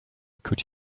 could